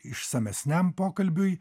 išsamesniam pokalbiui